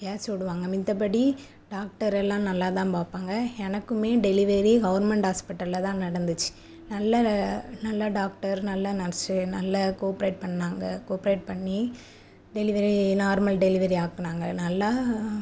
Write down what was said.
AC விடுவாங்க மத்தப்படி doctor எல்லாம் நல்லா தான் பார்ப்பாங்க எனக்கும் டெலிவெரி கவுர்மெண்ட் ஹாஸ்பிட்டலில் தான் நடந்துச்சு நல்லா நல்லா டாக்டர் நல்லா நர்ஸு நல்லா கோப்ரேட் பண்ணாங்க கோப்ரேட் பண்ணி டெலிவெரி நார்மல் டெலிவெரி ஆக்கினாங்க நல்லா